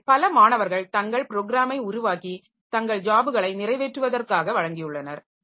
எனவே பல மாணவர்கள் தாங்கள் ப்ராேக்கிராமை உருவாக்கி தங்கள் ஜாப்களை நிறைவேற்றுவதற்காக வழங்கியுள்ளனர்